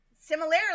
similarly